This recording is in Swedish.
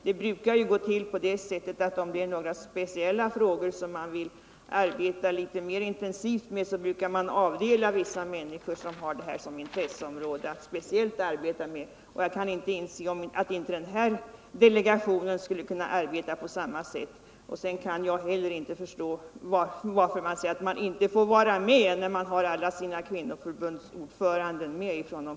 Men om man vill arbeta mer intensivt med speciella frågor brukar man avdela några människor som har de frågorna som sitt intresseområde för att arbeta särskilt med Nr 130 Se Jag kan inte inse att inte den här delegationen kan arbeta på samma Torsdagen den SER a 28 november 1974 Jag kan inte heller förstå att man säger att man inte får vara mede De politiska partierna har ju alla sina kvinnoförbundsordförande med.